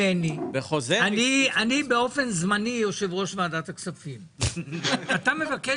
--- אני באופן זמני יושב ראש ועדת הכספים ואתה מבקש